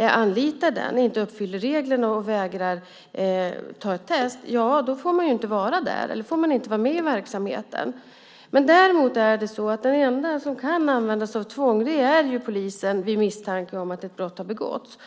anlitar gymmet inte uppfyller reglerna och vägrar göra ett test får inte den personen vara där eller vara med i verksamheten. Däremot är det så att den enda som kan använda sig av tvång är polisen vid misstanke om att ett brott har begåtts.